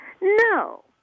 No